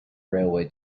railway